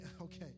okay